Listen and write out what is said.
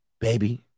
baby